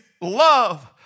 love